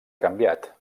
canviat